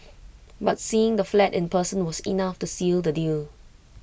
but seeing the flat in person was enough to seal the deal